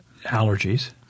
allergies